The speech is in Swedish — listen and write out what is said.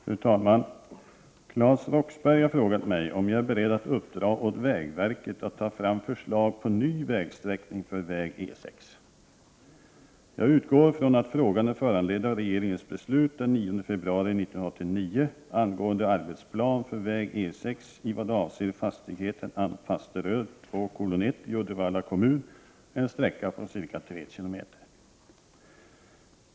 Fru talman! Claes Roxbergh har frågat mig om jag är beredd att uppdra åt vägverket att ta fram förslag på ny vägsträckning för väg E 6. Jag utgår från att frågan är föranledd av regeringens beslut den 9 februari 1989 angående arbetsplan för väg E 6 i vad avser fastigheten Anfasteröd 2:1 i Uddevalla kommun, en sträcka på ca 3 km.